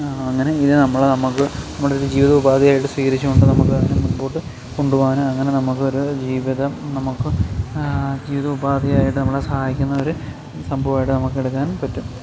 അങ്ങനെ ചെയ്താൽ നമ്മളെ നമ്മൾക്ക് നമ്മുടെ ഒരു ജീവിതോപാധിയായിട്ട് സ്വീകരിച്ചു കൊണ്ട് നമുക്ക് മുമ്പോട്ട് കൊണ്ടുപോവാൻ അങ്ങനെ നമുക്കൊരു ജീവിതം നമുക്കും ജീവിതോപാധിയായിട്ട് നമ്മളെ സഹായിക്കുന്ന ഒരു സംഭവമായിട്ട് നമുക്ക് എടുക്കാൻ പറ്റും